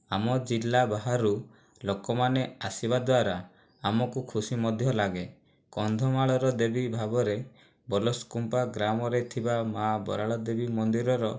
ଆମ ଜିଲ୍ଲା ବାହାରୁ ଲୋକମାନେ ଆସିବା ଦ୍ୱାରା ଆମକୁ ଖୁସି ମଧ୍ୟ ଲାଗେ କନ୍ଧମାଳର ଦେବୀ ଭାବରେ ବଲସକୁମ୍ପା ଗ୍ରାମରେ ଥିବା ମାଆ ବରାଳ ଦେବୀ ମନ୍ଦିରର